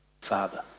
Father